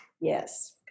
Yes